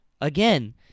again